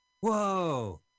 Whoa